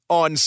on